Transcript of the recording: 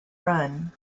run